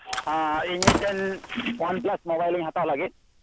ᱦᱮᱸ ᱤᱧ ᱢᱤᱫᱴᱮᱱ ᱚᱣᱟᱱ ᱯᱞᱟᱥ ᱢᱳᱵᱟᱭᱤᱞ ᱤᱧ ᱦᱟᱛᱟᱣ ᱞᱟᱹᱜᱤᱫ